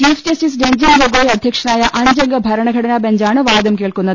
chief justice Ranjan Gogoi അധ്യക്ഷനായ അഞ്ചംഗ ഭരണഘടന ബെഞ്ചാണ് വാദം കേൾക്കുന്നത്